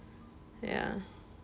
ya